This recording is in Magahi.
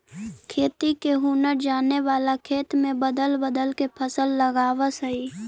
खेती के हुनर जाने वाला खेत में बदल बदल के फसल लगावऽ हइ